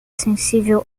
sensível